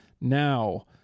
now